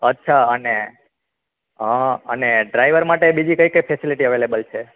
અચ્છા અને હં અને ડ્રાઈવર માટે બીજી કઈ કઈ ફેસિલિટી અવેલેબલ છે